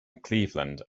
cleveland